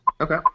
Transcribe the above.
Okay